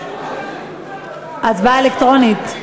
שמית, הצבעה אלקטרונית.